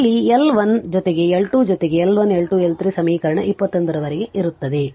ಇಲ್ಲಿ L L 1 ಜೊತೆಗೆ L 2 ಜೊತೆಗೆ L 1 L 2 L 3 ಸಮೀಕರಣ 29 ರವರೆಗೆ ಇರುತ್ತದೆ